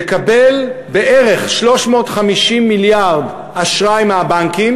מקבלות בערך 350 מיליארד אשראי מהבנקים